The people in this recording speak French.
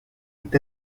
est